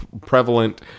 prevalent